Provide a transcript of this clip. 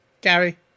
Gary